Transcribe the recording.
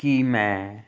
ਕਿ ਮੈਂ